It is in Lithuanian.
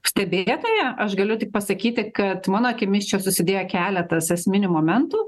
stebėtoja aš galiu tik pasakyti kad mano akimis čia susidėjo keletas esminių momentų